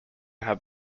have